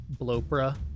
Blopra